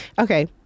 okay